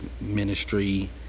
ministry